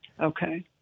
Okay